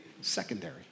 secondary